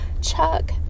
Chuck